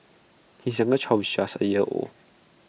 his youngest child is just A year old